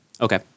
Okay